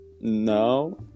No